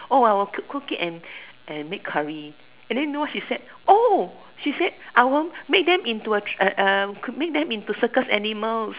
oh I I will cook it and and make curry and then know what she said oh she said I want make them into uh uh uh make them into circus animal